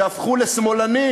שהפכו לשמאלנים